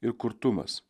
ir kurtumas